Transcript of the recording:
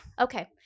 Okay